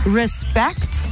respect